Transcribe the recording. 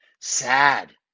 Sad